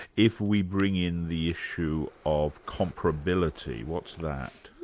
if we bring in the issue of comparability. what's that?